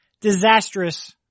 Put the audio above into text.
disastrous